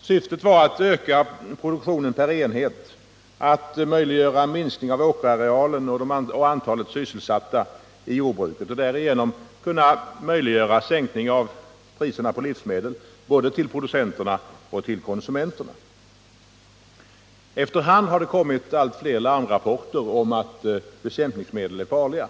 Syftet var att öka produktionen per enhet, att möjliggöra en minskning av åkerarealen och antalet sysselsatta inom jordbruket och att därmed möjliggöra en sänkning av priserna på livsmedel, både till producenter och till konsumenter. Efter hand har det kommit allt fler larmrapporter om att bekämpningsmedel är farliga.